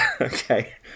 Okay